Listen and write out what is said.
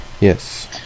Yes